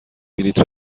بلیط